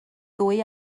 ddwy